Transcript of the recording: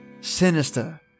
sinister